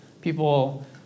People